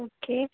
okay